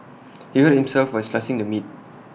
he hurt himself while slicing the meat